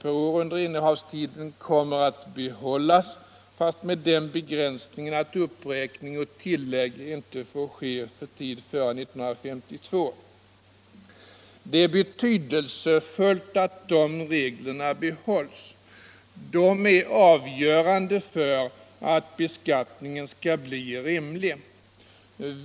per år under innehavstiden kommer att behållas, fast med den ändringen att uppräkning och tillägg inte får ske för tid före 1952. Det är betydelsefullt att de reglerna behålls. De är avgörande för att beskattningen skall bli rimlig.